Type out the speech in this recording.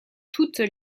toutes